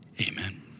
Amen